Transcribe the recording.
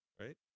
right